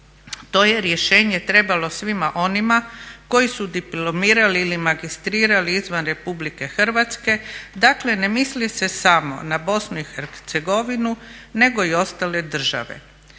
To je rješenje trebalo svima onima koji su diplomirali ili magistrirali izvan RH, dakle ne misli se samo na Bosnu i Hercegovinu nego i ostale države.